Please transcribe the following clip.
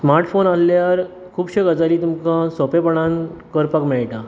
smartphone आहल्यार खुपशें गजाली तुमकां सोंपेपणान करपाक मेळटा